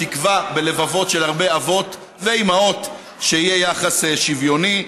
גם תקווה בלבבות של הרבה אבות ואימהות שיהיה יחס שוויוני.